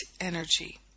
energy